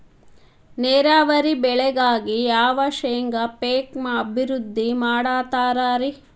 ನೇರಾವರಿ ಬೆಳೆಗಾಗಿ ಯಾವ ಶೇಂಗಾ ಪೇಕ್ ಅಭಿವೃದ್ಧಿ ಮಾಡತಾರ ರಿ?